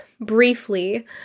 briefly